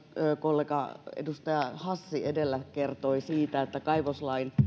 kollega edustaja hassi edellä kertoi siitä että kaivoslain